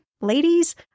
ladies